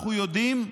אנחנו יודעים,